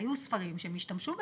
היו ספרים שהם השתמשו בהם.